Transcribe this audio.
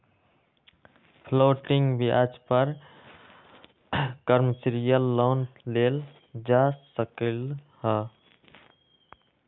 floating ब्याज पर commercial loan लेल जा सकलई ह